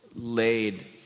Laid